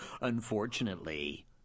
unfortunately